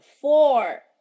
Four